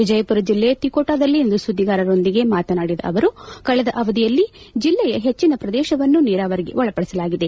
ವಿಜಯಪುರ ಜಿಲ್ಲೆಯ ತಿಕೋಟದಲ್ಲಿ ಇಂದು ಸುದ್ದಿಗಾರರೊಂದಿಗೆ ಮಾತನಾಡಿದ ಅವರು ಕಳೆದ ಅವಧಿಯಲ್ಲಿ ಜಿಲ್ಲೆಯ ಹೆಚ್ಚಿನ ಪ್ರದೇಶವನ್ನು ನೀರಾವರಿಗೆ ಒಳಪಡಿಸಲಾಗಿದೆ